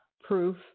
proof